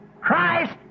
Christ